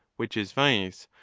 which is vice,